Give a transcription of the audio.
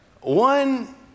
One